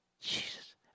Jesus